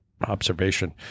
observation